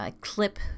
clip